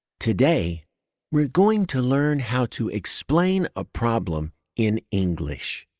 today we're going to learn how to explain a problem in english.